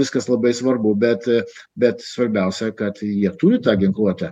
viskas labai svarbu bet bet svarbiausia kad jie turi tą ginkluotę